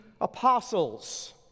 apostles